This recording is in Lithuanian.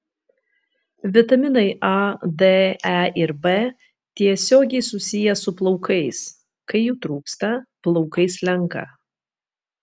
vitaminai a d e ir b tiesiogiai susiję su plaukais kai jų trūksta plaukai slenka